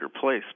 place